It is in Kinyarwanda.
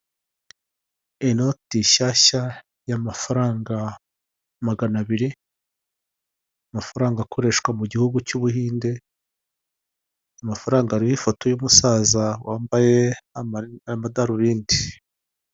Umugore wambaye ikanzu y'igitenge ahagaze mu nzu ikorerwamo ubucuruzi bw'imyenda idoze, nayo imanitse ku twuma dufite ibara ry'umweru, hasi no hejuru ndetse iyo nzu ikorerwamo ubucuruzi ifite ibara ry'umweru ndetse n'inkingi zishinze z'umweru zifasheho iyo myenda imanitse.